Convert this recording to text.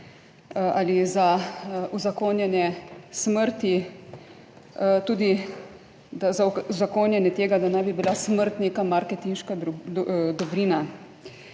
ali za uzakonjanje smrti, tudi za uzakonjanje tega, da naj bi bila smrt neka marketinška dobrina.